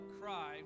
cry